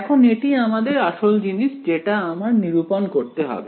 এখন এটি আমাদের আসল জিনিস যেটা আমার নিরূপণ করতে হবে